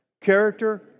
character